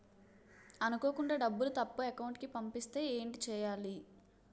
అనుకోకుండా డబ్బులు తప్పు అకౌంట్ కి పంపిస్తే ఏంటి చెయ్యాలి?